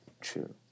true